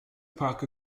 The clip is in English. park